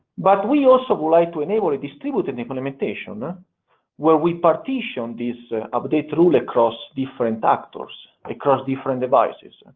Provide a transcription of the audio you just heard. but we also would like to enable a distributed implementation where we partition this updated rule across different actors, across different devices.